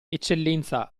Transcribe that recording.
eccellenza